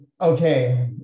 Okay